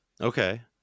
Okay